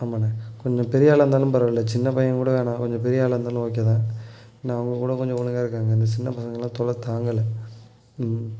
ஆமாண்ண கொஞ்சம் பெரிய ஆளாக இருந்தாலும் பரவாயில்ல சின்ன பையன் கூட வேணாம் கொஞ்சம் பெரிய ஆளாக இருந்தாலும் ஓகே தான் ஏன்னா அவங்க கூட கொஞ்சம் ஒழுங்காக இருக்காங்க இந்தச் சின்ன பசங்களாம் தொல்லை தாங்கலை ம்